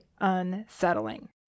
unsettling